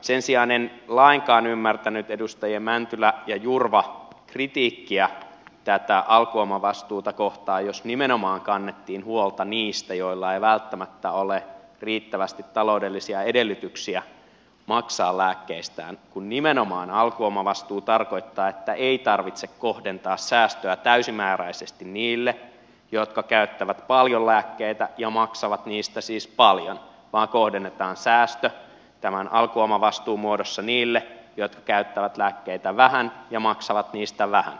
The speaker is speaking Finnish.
sen sijaan en lainkaan ymmärtänyt edustajien mäntylä ja jurva kritiikkiä tätä alkuomavastuuta kohtaan jos nimenomaan kannettiin huolta niistä joilla ei välttämättä ole riittävästi taloudellisia edellytyksiä maksaa lääkkeistään kun nimenomaan alkuomavastuu tarkoittaa että ei tarvitse kohdentaa säästöä täysimääräisesti niille jotka käyttävät paljon lääkkeitä ja maksavat niistä siis paljon vaan kohdennetaan säästö tämän alkuomavastuun muodossa niille jotka käyttävät lääkkeitä vähän ja maksavat niistä vähän